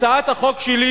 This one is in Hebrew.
הצעת החוק שלי